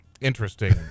interesting